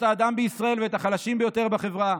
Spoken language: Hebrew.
האדם בישראל ואת החלשים ביותר בחברה,